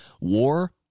War